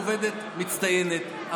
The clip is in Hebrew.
עובדת מצטיינת,